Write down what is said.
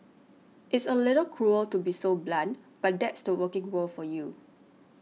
it's a little cruel to be so blunt but that's the working world for you